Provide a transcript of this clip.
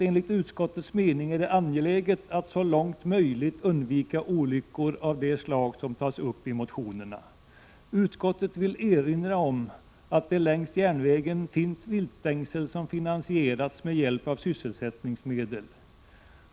”Enligt utskottets mening är det angeläget att så långt möjligt undvika olyckor av det slag som tas upp i motionerna. Utskottet vill erinra om att det längs järnvägen finns viltstängsel som finansierats med hjälp av sysselsättningsmedel.